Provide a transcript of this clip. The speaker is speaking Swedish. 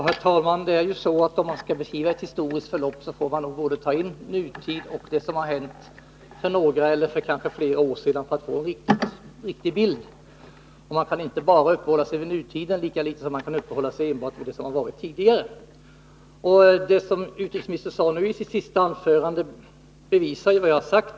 Herr talman! Om man skall beskriva ett historiskt förlopp, får man ta med både nutid och det som har hänt för några eller kanske flera år sedan för att få en riktig bild. Man kan inte bara uppehålla sig vid nutid, lika litet som man bara kan uppehålla sig vid det som har varit tidigare. Det utrikesministern sade i sitt senaste anförande bevisar vad jag tidigare har sagt.